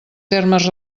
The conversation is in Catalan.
termes